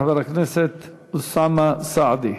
חבר הכנסת אוסאמה סעדי.